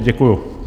Děkuju.